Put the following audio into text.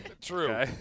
True